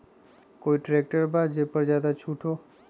कोइ ट्रैक्टर बा जे पर ज्यादा छूट हो?